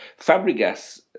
Fabregas